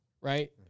right